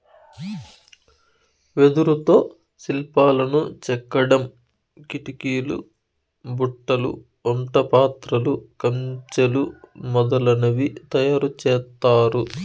వెదురుతో శిల్పాలను చెక్కడం, కిటికీలు, బుట్టలు, వంట పాత్రలు, కంచెలు మొదలనవి తయారు చేత్తారు